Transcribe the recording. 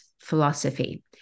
philosophy